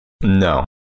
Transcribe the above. No